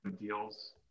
deals